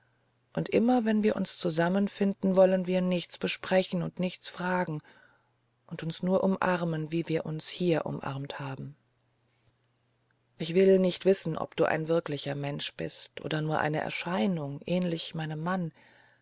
und immer wenn wir uns zusammenfinden wollen wir nichts besprechen und nichts fragen und uns nur umarmen wie wir uns hier umarmt haben ich will nicht wissen ob du ein wirklicher mensch bist oder nur eine erscheinung ähnlich meinem mann